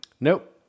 Nope